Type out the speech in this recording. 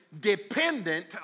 dependent